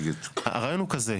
הרעיון הוא כזה: